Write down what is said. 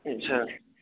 अच्छा